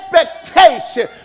expectation